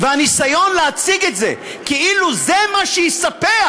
והניסיון להציג את זה כאילו זה מה שיספח,